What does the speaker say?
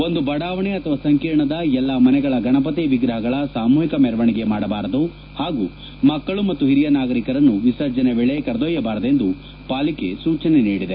ಒಂದು ಬಡಾವಣೆ ಅಥವಾ ಸಂಕೀರ್ಣದ ಎಲ್ಲಾ ಮನೆಗಳ ಗಣಪತಿ ವಿಗ್ರಹಗಳ ಸಾಮೂಹಿಕ ಮೆರವಣಿಗೆ ಮಾಡಬಾರದು ಹಾಗೂ ಮಕ್ಕಳು ಮತ್ತು ಹಿರಿಯ ನಾಗರೀಕರನ್ನು ವಿಸರ್ಜನೆ ವೇಳೆ ಕರೆದೊಯ್ದಬಾರದೆಂದು ಪಾಲಿಕೆ ಸೂಚನೆ ನೀಡಿದೆ